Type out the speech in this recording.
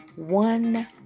one